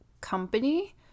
company